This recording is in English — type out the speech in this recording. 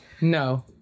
No